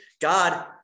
God